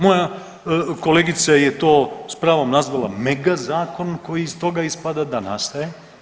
Moja kolegica je to s pravom nazvala megazakon koji iz toga ispada da nastaje.